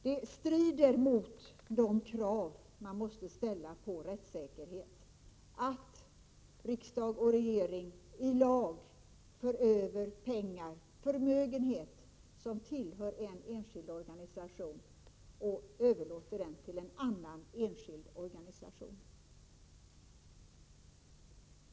Det strider mot de krav som man måste ställa i fråga om rättssäkerhet, att riksdag och regering genom lag för över pengar och förmögenhet som tillhör en viss enskild organisation till en annan enskild organisation.